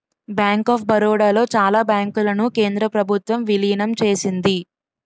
bank of Baroda లో చాలా బ్యాంకులను కేంద్ర ప్రభుత్వం విలీనం చేసింది